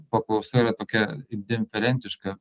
paklausa yra tokia indiferentiška